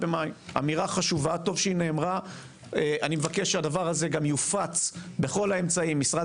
במובן הזה אני מבקש לקבל התייחסות על סגירת